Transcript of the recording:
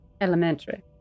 elementary